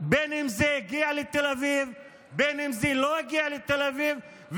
בין אם זה הגיע לתל אביב,